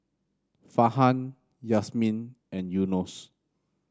Farhan Yasmin and Yunos